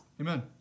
Amen